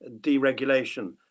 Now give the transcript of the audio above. deregulation